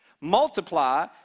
Multiply